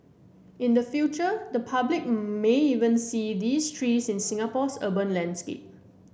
in the future the public may even see these trees in Singapore's urban landscape